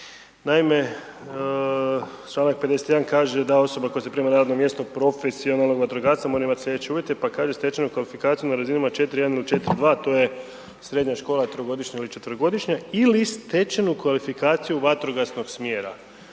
Naime, članak 51 kaže da osoba koja se prima na radno mjesto profesionalnog vatrogasca mora imati sljedeće uvjete pa kaže stečenu kvalifikaciju na razinama 4.1 ili 4.2 to je srednja škola trogodišnja ili četverogodišnja ili stečenu kvalifikaciju vatrogasnog smjera.